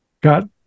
got